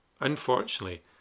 Unfortunately